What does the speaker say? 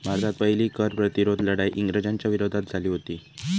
भारतात पहिली कर प्रतिरोध लढाई इंग्रजांच्या विरोधात झाली हुती